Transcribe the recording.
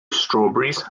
strawberries